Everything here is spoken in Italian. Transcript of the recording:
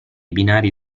binari